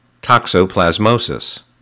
Toxoplasmosis